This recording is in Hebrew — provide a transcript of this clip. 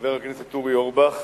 חבר הכנסת אורי אורבך,